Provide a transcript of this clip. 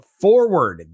forward